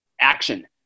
action